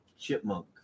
Chipmunk